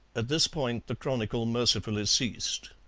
at this point the chronicle mercifully ceased.